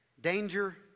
danger